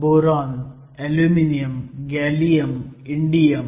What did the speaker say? boron aluminium gallium indium